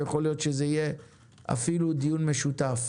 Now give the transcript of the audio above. ויכול להיות שזה יהיה אפילו דיון משותף.